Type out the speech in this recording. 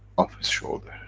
off his shoulder,